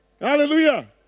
hallelujah